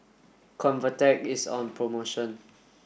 Convatec is on promotion